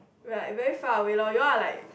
like very far away lor you'll are like